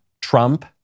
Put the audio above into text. Trump